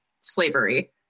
slavery